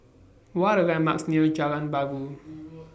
What Are The landmarks near Jalan Bangau